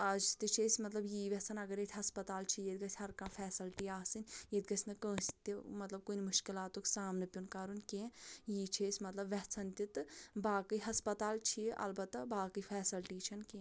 اَز تہِ چھِ أسۍ مطلب یی یژھان اَگر ییٚتہِ ہَسپَتال چھِ ییٚیہِ گٔژھ ہَر کانٛہہ فیسَلٹی آسٕنۍ ییٚتہِ گٔژھ نہٕ کٲنٛسہِ تہِ مطلب کُنہِ مُشکِلاتُک سامنہٕ پٮ۪وان کَرُن کیٚنٛہہ یہِ چھِ أسۍ مطلب یژھان تہِ تہٕ باقٕے ہَسپَتال چھِ یہِ اَلبتہٕ باقٕے فیسَلٹی چھےٚ نہٕ کیٚنٛہہ